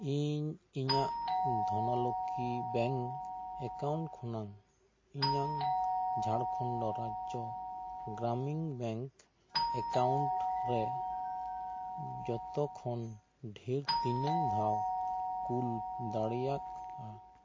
ᱤᱧ ᱤᱧᱟᱹᱜ Dhanalakshmi bank account ᱠᱷᱚᱱᱟᱝ ᱤᱧᱟᱹᱝ ᱡᱷᱟᱲᱠᱷᱚᱱᱰᱚ ᱨᱟᱡᱽᱡᱚ ᱜᱨᱟᱢᱤᱱ ᱵᱮᱝᱠ ᱮᱠᱟᱣᱩᱱᱴ ᱨᱮ ᱡᱚᱛᱚ ᱠᱷᱚᱱ ᱰᱷᱮᱹᱨ ᱛᱤᱱᱟᱹᱝ ᱫᱷᱟᱣ ᱠᱩᱞ ᱫᱟᱲᱮᱭᱟᱜᱽᱼᱟ